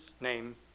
name